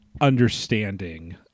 understanding